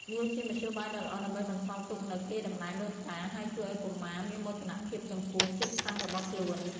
វាជាមធ្យោបាយដ៏ល្អដើម្បីបន្សល់ទុកនូវកេរដំណែលដូនតា ហើយជួយឲ្យកុមារមានមោទនភាពចំពោះជាតិសាសន៍របស់ខ្លួន។